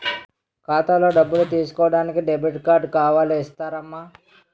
ఖాతాలో డబ్బులు తీసుకోడానికి డెబిట్ కార్డు కావాలి ఇస్తారమ్మా